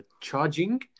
charging